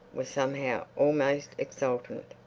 was somehow almost exultant.